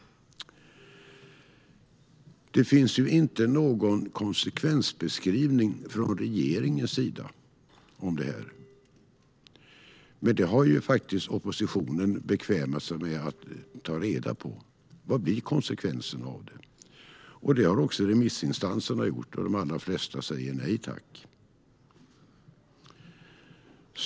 Det finns inte någon konsekvensbeskrivning från regeringens sida när det gäller det här. Oppositionen har faktiskt bekvämat sig till att ta reda på vad konsekvenserna blir. Det har också remissinstanserna gjort, och de allra flesta säger nej tack.